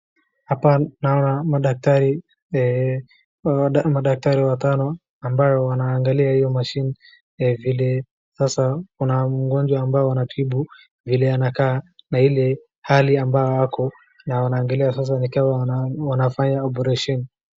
Hapa naona madaktari watano ambao wanaangalia ile mashini, vile sasa kuna mgonjwa wanatibu vile anakaa na ile hali ako, na wanaangalia sasa nikaa wanafanya oparesheni.